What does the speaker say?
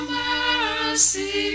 mercy